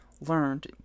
learned